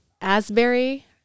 Asbury